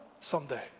someday